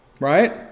right